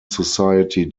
society